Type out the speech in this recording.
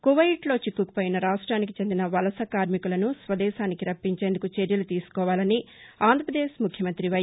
కువైట్లో చిక్కుకుపోయిన రాష్ట్రింనికి చెందిన వలస కార్మికులను స్వదేశానికి రప్పించేందుకు చర్యలు తీసుకోవాలని ఆంధ్రప్రదేశ్ ముఖ్యమంత్రి వై